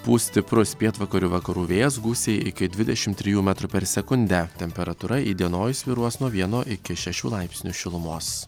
pūs stiprus pietvakarių vakarų vėjas gūsiai iki dvidešim trijų metrų per sekundę temperatūra įdienojus svyruos nuo vieno iki šešių laipsnių šilumos